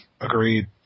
Agreed